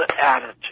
attitude